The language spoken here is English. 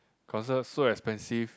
concert so expensive